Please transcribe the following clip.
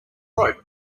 rope